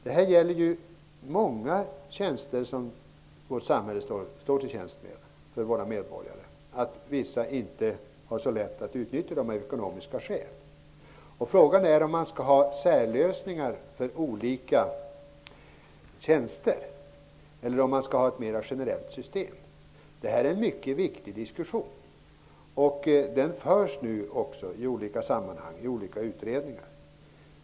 Detta gäller ju många saker som samhället står till tjänst med för medborgarna. Vissa har av ekonomiska skäl inte så lätt att utnyttja tjänsterna. Frågan är om man skall ha särlösningar för olika tjänster eller om man skall ha ett mera generellt system. Detta är en mycket viktig diskussion. Den förs nu i olika sammanhang och i olika utredningar.